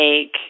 take